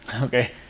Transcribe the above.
Okay